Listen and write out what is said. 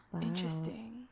Interesting